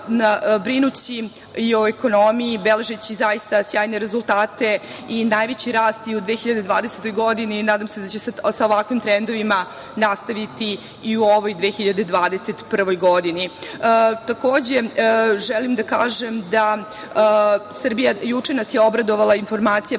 brinući i o ekonomiju, beležeći zaista sjajne rezultate i najveći rast i u 2020. godini. Nadam se da će sa ovakvim trendovima nastaviti i u ovoj 2021. godini. Takođe, želim da kažem da nas je juče obradovala informacija